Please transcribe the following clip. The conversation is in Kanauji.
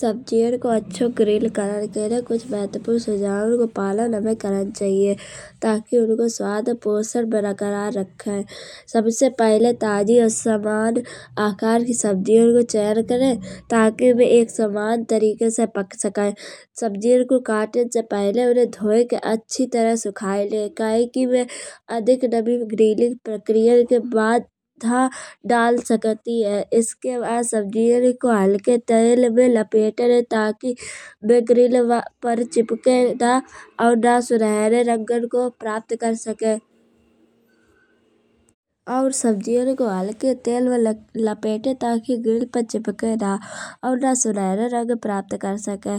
सब्जियन को अच्छो ग्रिल करण के लाए कुच्छ महत्वपूर्ण सुझावो को पालन हमे करण चाहिए ताकि उनको स्वाद पोषण बरकरार रखाए। सबसे पहिले ताजी और समान आकार की सब्जियन को चयन करे। ताकि बे एक समान तरीके से पक सके। सब्जियन को काटन से पहिले उन्हे धोए के अच्छी तरह सुखाए लाए। कहे की बे अधिक डबिंग ग्रिलिंग प्रक्रियान के बाधा डाल सकती है। इसके बाद सब्जियन को हलके में लपेटे ताकि बे ग्रिल तवा पे चिपके ना और ना सुनहरे रंगन को प्राप्त कर सके। और सब्जियन को हलके तेल में लपेटे ताकि ग्रिल पे चिपके ना। और ना सुनारो रंग प्राप्त कर सके।